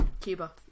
cuba